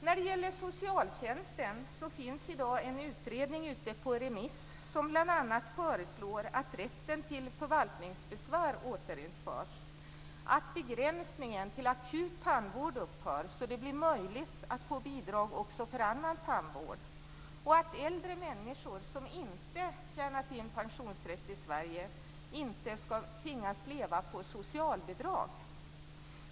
När det gäller socialtjänsten finns i dag en utredning ute på remiss som bl.a. föreslår att rätten till förvaltningsbesvär återinförs, att begränsningen till akut tandvård upphör, så att det blir möjligt att få bidrag också för annan tandvård, och att äldre människor som inte tjänat in pensionsrätt i Sverige inte ska tvingas leva på socialbidrag.